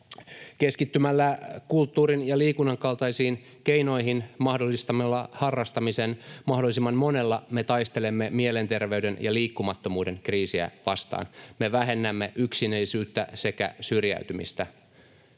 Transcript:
Keskittymällä kulttuurin ja liikunnan kaltaisiin keinoihin, mahdollistamalla harrastamisen mahdollisimman monelle, me taistelemme mielenterveyden ja liikkumattomuuden kriisiä vastaan, me vähennämme yksinäisyyttä sekä syrjäytymistä.